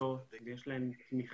קבוצות ויש להם תמיכה.